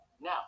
Now